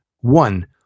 one